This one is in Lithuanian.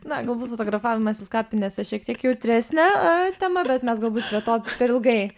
na galbūt fotografavimasis kapinėse šiek tiek jautresnė tema bet mes galbūt prie to per ilgai